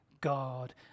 God